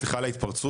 סליחה על ההתפרצות,